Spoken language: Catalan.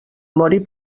mori